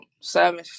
seven